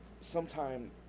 sometime